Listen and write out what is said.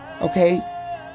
Okay